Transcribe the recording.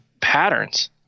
patterns